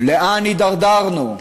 לאן הידרדרנו?